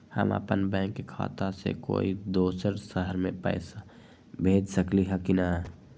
हम अपन बैंक खाता से कोई दोसर शहर में पैसा भेज सकली ह की न?